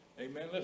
Amen